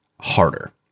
harder